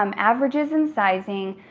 um averages and sizing,